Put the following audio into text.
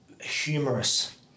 Humorous